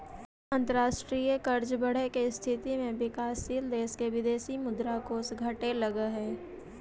अंतरराष्ट्रीय कर्ज बढ़े के स्थिति में विकासशील देश के विदेशी मुद्रा कोष घटे लगऽ हई